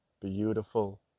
beautiful